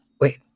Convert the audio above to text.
wait